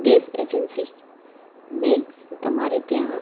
gas agency મેં તમારે ત્યાં